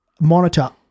monitor